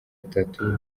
atatu